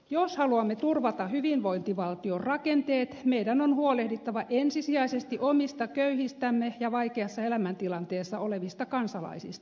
jos haluamme turvata hyvinvointivaltion rakenteet meidän on huolehdittava ensisijaisesti omista köyhistämme ja vaikeassa elämäntilanteessa olevista kansalaisistamme